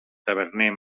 taverner